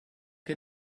que